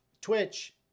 Twitch